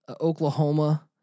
Oklahoma